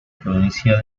provincia